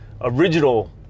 original